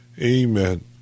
Amen